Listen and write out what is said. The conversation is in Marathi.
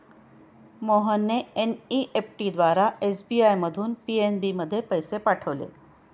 मोहनने एन.ई.एफ.टी द्वारा एस.बी.आय मधून पी.एन.बी मध्ये पैसे पाठवले